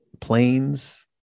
planes